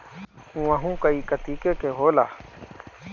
उअहू कई कतीके के होला